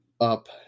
up